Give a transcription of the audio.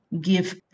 give